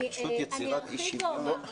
פשוט יצירת אי שוויון.